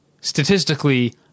statistically